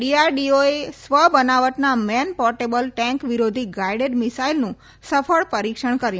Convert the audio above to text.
ડીઆરડીઓએ સ્વ બનાવટના man portable tank વિરોધી ગાઈડેડ મિસાઈલનું સફળ પરીક્ષણ કર્યું